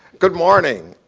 good morning.